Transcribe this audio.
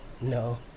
No